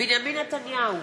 בנימין נתניהו,